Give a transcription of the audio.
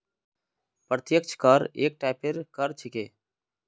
प्रत्यक्ष कर एक टाइपेर कर छिके